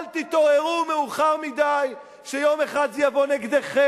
אל תתעוררו מאוחר מדי, כשיום אחד זה יבוא נגדכם,